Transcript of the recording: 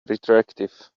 retroactive